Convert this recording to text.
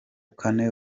kane